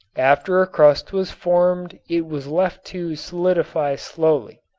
after a crust was formed it was left to solidify slowly.